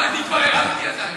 אני כבר הרמתי ידיים.